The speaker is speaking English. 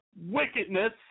wickedness